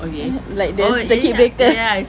!oho! like the circuit breaker